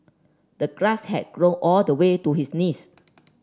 the grass had grown all the way to his knees